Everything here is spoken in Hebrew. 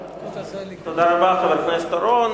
תודה רבה, חבר הכנסת אורון.